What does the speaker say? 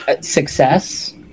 success